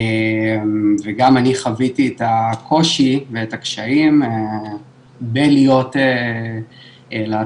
וגם אני חוויתי את הקושי ואת הקשיים בלהיות להט"ב